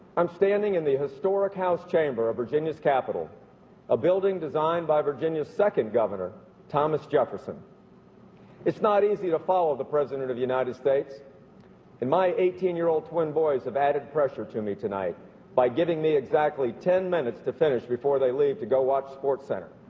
i'm standing in the historic house chamber virginia's capital a building designed by virginia second governor thomas jefferson it's not easy to follow the president of united states in my eighteen year old twin boys have added pressure to me tonight by giving me exactly ten minutes to finish before they leave to go watch sports act